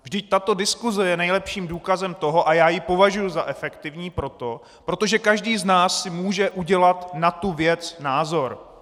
Vždyť tato diskuse je nejlepším důkazem toho, a já ji považuji za efektivní proto, že každý z nás si může udělat na tu věc názor.